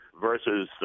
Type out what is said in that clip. versus